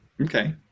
Okay